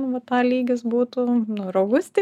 nu vat a lygs būtų nu ir augustė